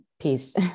peace